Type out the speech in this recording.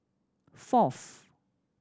fourth